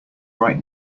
right